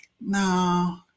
no